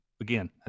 Again